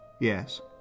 Yes